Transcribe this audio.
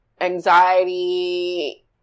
anxiety